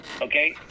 Okay